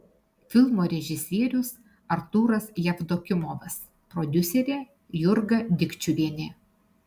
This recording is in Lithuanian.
filmo režisierius artūras jevdokimovas prodiuserė jurga dikčiuvienė